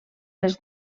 les